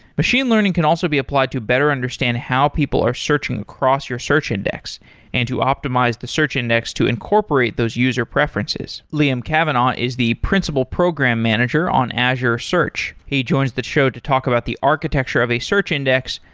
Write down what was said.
machine learning can also be applied to better understand how people are searching across your search index and to optimize the search index to incorporate those user preferences liam cavanagh is the principal program manager on azure search. he joins the show to talk about the architecture of a search index,